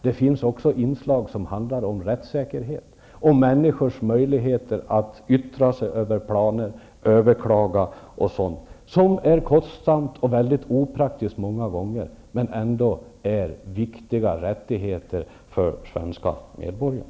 Där finns också inslag som handlar om rättssäkerhet och människors möjlighet att yttra sig över planer, överklaga osv., vilket är kostsamt och många gånger väldigt opraktiskt men ändå viktiga rättigheter för svenska medborgare.